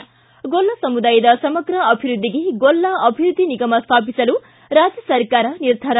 ಿ ಗೊಲ್ಲ ಸಮುದಾಯದ ಸಮಗ್ರ ಅಭಿವೃದ್ದಿಗೆ ಗೊಲ್ಲ ಅಭಿವೃದ್ದಿ ನಿಗಮ ಸ್ವಾಪಿಸಲು ರಾಜ್ಯ ಸರ್ಕಾರ ನಿರ್ಧಾರ